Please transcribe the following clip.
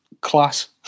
class